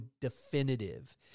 definitive